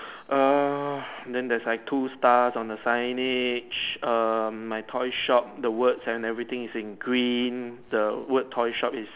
err then there is like two star on the signage um my toy shop the words and everything is in green the word toy shop is